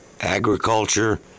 agriculture